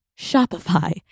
Shopify